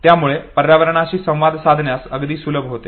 यामुळे पर्यावरणाशी संवाद साधण्यास देखील सुलभ होते